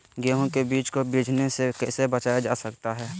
गेंहू के बीज को बिझने से कैसे बचाया जा सकता है?